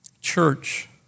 Church